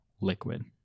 liquid